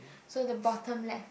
so the bottom left